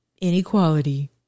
inequality